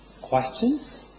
questions